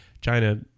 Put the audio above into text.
China